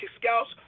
scouts